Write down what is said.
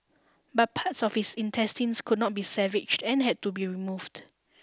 but parts of his intestines could not be savaged and had to be removed